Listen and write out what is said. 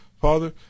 Father